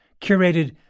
curated